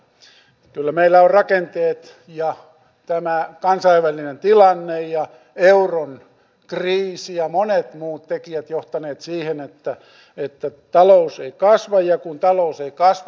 kyllä meillä ovat rakenteet tämä kansainvälinen tilanne euron kriisi ja monet muut tekijät johtaneet siihen että talous ei kasva ja kun talous ei kasva